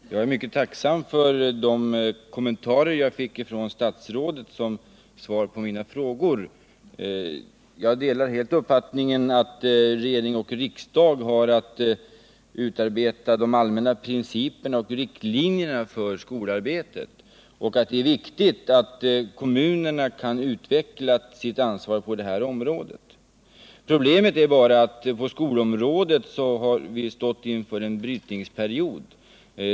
Herr talman! Jag är mycket tacksam för de kommentarer jag fick från statsrådet som svar på mina frågor. Jag delar helt uppfattningen att regering och riksdag har att utarbeta de allmänna principerna och riktlinjerna för skolarbetet och att det är viktigt att kommunerna kan utveckla sitt ansvar på det här området. Problemet är bara att vi på skolans område har stått inför en brytningsperiod.